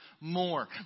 more